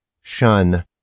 shun